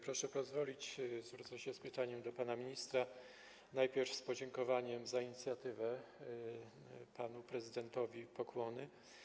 Proszę pozwolić, że zwrócę się z pytaniem do pana ministra, ale najpierw z podziękowaniem za inicjatywę - panu prezydentowi pokłony.